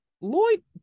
Lloyd